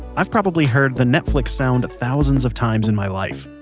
i've probably heard the netflix sound thousands of times in my life.